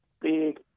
big